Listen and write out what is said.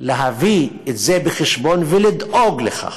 להביא את זה בחשבון ולדאוג לכך.